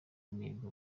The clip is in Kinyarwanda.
mihigo